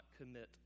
commit